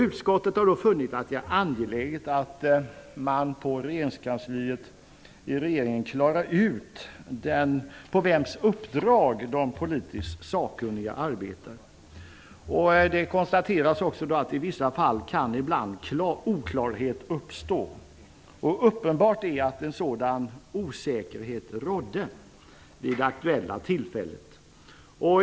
Utskottet har funnit att det är angeläget att man på regeringskansliet klarar ut på vems uppdrag de politiskt sakkunniga arbetar. Det konstateras också att oklarhet i vissa fall kan uppstå. Det är uppenbart att en sådan osäkerhet rådde vid det aktuella tillfället.